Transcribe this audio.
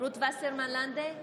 רות וסרמן לנדה,